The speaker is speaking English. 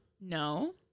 No